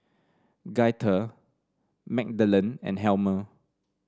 Gaither Magdalen and Helmer